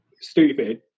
stupid